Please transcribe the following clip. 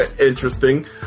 Interesting